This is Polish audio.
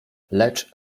lecz